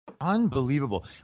Unbelievable